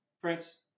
Prince